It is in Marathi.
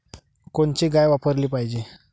कोनची गाय वापराली पाहिजे?